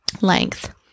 length